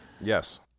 Yes